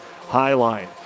Highline